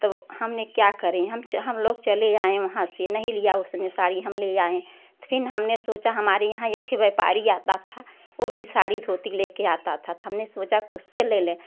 तो हमने क्या करे हम च हम लोग चले आए वहाँ से नहीं लिया उसने साड़ी हम ले आए फ़िर हमने सोचा हमारे यहाँ एक व्यापारी आता था वह भी साड़ी धोती लेकर आता था था हमने सोचा कि उससे ले लें